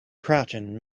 crouching